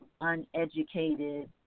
uneducated